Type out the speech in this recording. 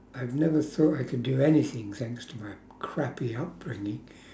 I've never thought I could do anything thanks to my crappy upbringing